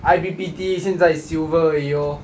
I_P_P_T 现在 silver 而已 orh